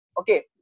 Okay